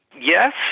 Yes